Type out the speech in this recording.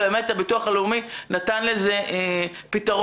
ובאמת הביטוח הלאומי נתן לזה פתרון.